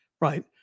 right